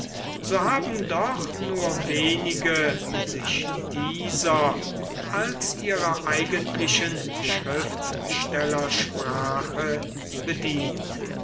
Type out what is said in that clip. so haben doch nur wenige sich dieser als ihrer eigentlichen schriftstellersprache bedient